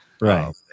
Right